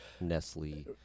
Nestle